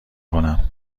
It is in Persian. کنم